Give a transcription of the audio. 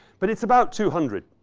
but it's about two hundred.